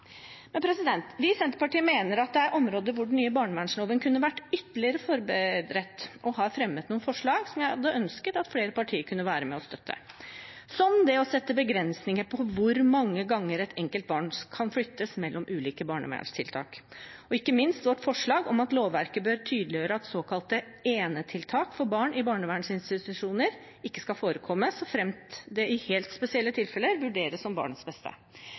Vi i Senterpartiet mener det er områder hvor den nye barnevernsloven kunne vært ytterligere forbedret. Vi har fremmet noen forslag som jeg hadde ønsket at flere partier kunne vært med og støttet – som det å sette begrensninger for hvor mange ganger et enkelt barn kan flyttes mellom ulike barnevernstiltak, og ikke minst vårt forslag om at lovverket bør tydeliggjøre at såkalte enetiltak for barn i barnevernsinstitusjoner ikke skal forekomme, så fremt det ikke i helt spesielle tilfeller vurderes som barnets beste.